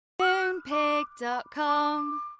Moonpig.com